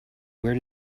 where